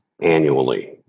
annually